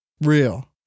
Real